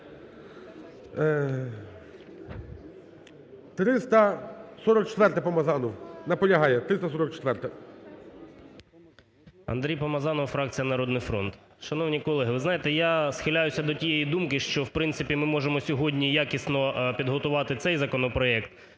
344-а, Помазанова. Наполягає, 344-а. 13:27:57 ПОМАЗАНОВ А.В. Андрій Помазанов, фракція "Народний фронт". Шановні колеги! Ви знаєте, я схиляюсь до тієї думки, що в принципі ми можемо сьогодні якісно підготувати цей законопроект.